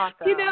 awesome